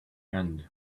end